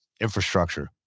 infrastructure